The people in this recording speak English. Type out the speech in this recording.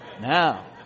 Now